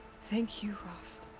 thank you rost.